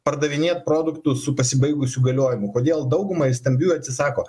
pardavinėt produktų su pasibaigusiu galiojimu kodėl daugumai stambių atsisako